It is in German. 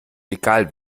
egal